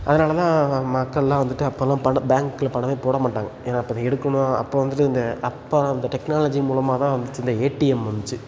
அதனால் தான் மக்கள்லாம் வந்துட்டு அப்போல்லாம் பணம் பேங்க்கில் பணமே போட மாட்டாங்க ஏன்னால் அப்புறம் எடுக்கணும் அப்போ வந்துட்டு இந்த அப்போ இந்த டெக்னாலஜி மூலமாக தான் வந்துச்சு இந்த ஏடிஎம் வந்துச்சு